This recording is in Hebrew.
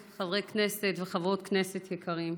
חברי וחברות כנסת יקרים,